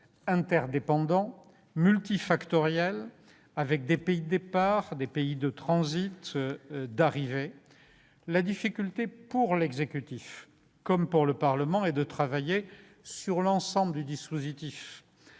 interdépendants, multifactoriels, avec des pays de départ, des pays de transit et des pays d'arrivée. La difficulté, pour l'exécutif comme pour le Parlement, est de travailler sur l'ensemble du dispositif